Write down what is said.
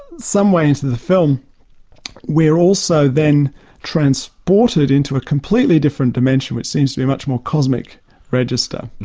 some way into the film we are also then transported into a completely different dimension which seems to be a much a more cosmic register.